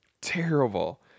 terrible